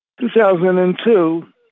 2002